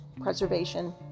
Preservation